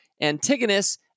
Antigonus